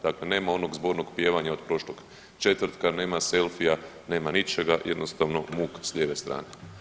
Dakle, nema onog zbornog pjevanja od prošlog četvrta, nema selfija, nema ničega, jednostavno muk s lijeve strane.